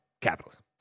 Capitalism